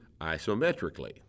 isometrically